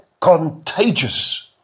contagious